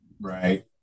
right